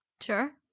Sure